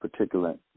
particulate